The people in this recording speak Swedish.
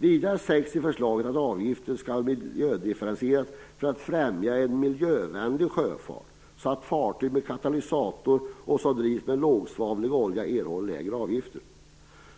Vidare sägs i förslaget att avgifterna skall miljödifferentieras för att främja en miljövänlig sjöfart, så att fartyg med katalysator och fartyg som drivs med lågsvavlig olja erhåller lägre avgifter.